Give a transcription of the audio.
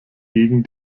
gegen